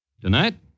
Tonight